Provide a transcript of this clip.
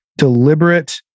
Deliberate